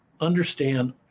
understand